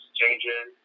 changing